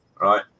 right